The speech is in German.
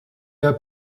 der